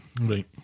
Right